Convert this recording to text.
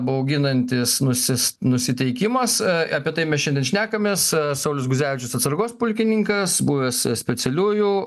bauginantis nusis nusiteikimas apie tai mes šiandien šnekamės saulius guzevičius atsargos pulkininkas buvęs specialiųjų